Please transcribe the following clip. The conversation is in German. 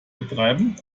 betreiben